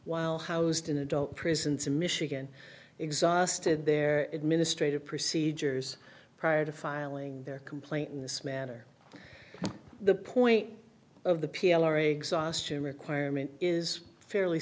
while housed in adult prisons in michigan exhausted their administrative procedures prior to filing their complaint in this manner the point of the p l r exhaustion requirement is fairly